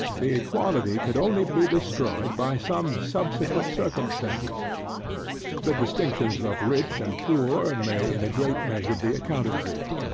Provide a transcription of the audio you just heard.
the equality could only be destroyed by some subsequent circumstance the distinctions of rich, and poor, may in a great measure be accounted for,